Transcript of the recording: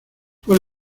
fue